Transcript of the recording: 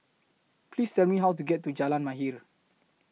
Please Tell Me How to get to Jalan Mahir